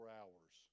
hours